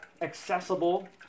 accessible